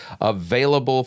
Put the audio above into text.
available